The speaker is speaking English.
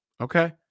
Okay